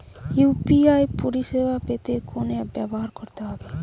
UPI পরিসেবা পেতে কোন অ্যাপ ব্যবহার করতে হবে?